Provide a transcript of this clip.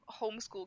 homeschool